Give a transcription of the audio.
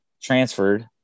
transferred